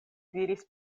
diris